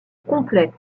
complets